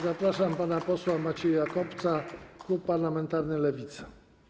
Zapraszam pana posła Macieja Kopca, klub parlamentarny Lewica.